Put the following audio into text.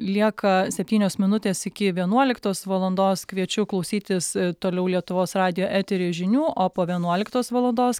lieka septynios minutės iki vienuoliktos valandos kviečiu klausytis toliau lietuvos radijo etery žinių o po vienuoliktos valandos